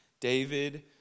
David